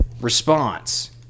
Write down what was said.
response